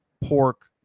pork